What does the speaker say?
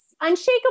Unshakable